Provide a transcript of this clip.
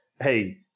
hey